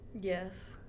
yes